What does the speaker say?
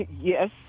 Yes